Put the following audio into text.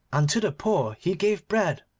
and to the poor he gave bread,